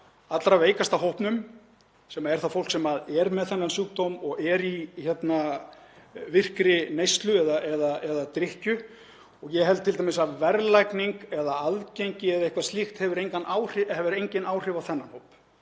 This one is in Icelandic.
allra veikasta hópnum sem er það fólk sem er með þennan sjúkdóm og er í virkri neyslu eða drykkju. Ég held t.d. að verðlagning eða aðgengi eða eitthvað slíkt hafi engin áhrif á þennan hóp.